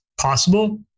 possible